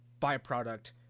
byproduct